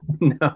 No